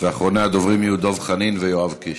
ואחרוני הדוברים יהיו דב חנין ויואב קיש.